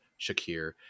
Shakir